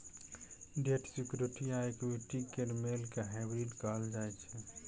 date security आ equity केर मेल केँ हाइब्रिड कहल जाइ छै